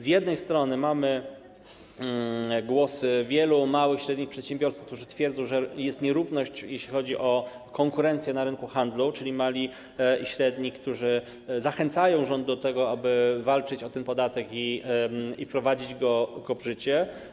Z jednej strony mamy głosy wielu małych i średnich przedsiębiorców, którzy twierdzą, że jest nierówność, jeśli chodzi o konkurencję na rynku handlu, czyli mali i średni zachęcają rząd do tego, aby walczyć o ten podatek i wprowadzić go w życie.